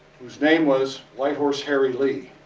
whose name was white horse harry lee,